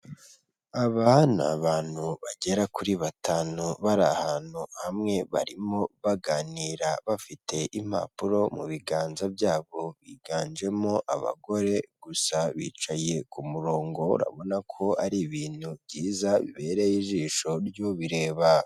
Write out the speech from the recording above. Aba ni abantu bagera kuri batanu bari ahantu hamwe barimo baganira bafite impapuro mu biganza byabo biganjemo abagore gusa bicaye ku murongo urabona ko ari ibintu byiza bibereye ijisho ry'u bireba.